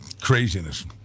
craziness